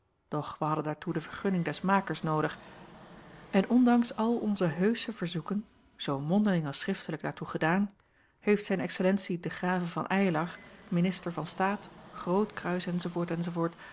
wij hadden daartoe de vergunning des makers noodig en ondanks al onze heusche verzoeken zoo mondeling als schriftelijk daartoe gedaan heeft zijn excellentie de grave van eylar minister van staat